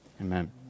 Amen